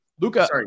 Luca